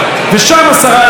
הוצע לאבו מאזן,